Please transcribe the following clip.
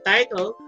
Title